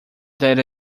dar